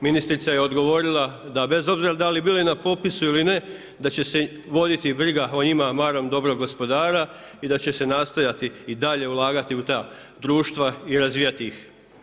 Ministrica je odgovorila da bez obzira da li bili na popisu ili ne da će se voditi briga o njima marom dobrog gospodara i da će se nastojati i dalje ulagati u ta društva i razvijati ih.